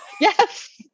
yes